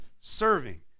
serving